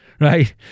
right